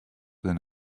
than